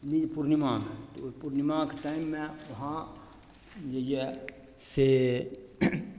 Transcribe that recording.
निज पूर्णिमामे तऽ ओइ पूर्णिमाके टाइममे वहाँ जे यऽ से